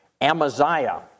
Amaziah